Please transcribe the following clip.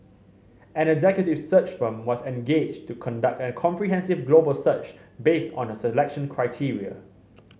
an executive search firm was engaged to conduct a comprehensive global search based on the selection criteria